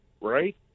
right